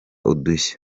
udushya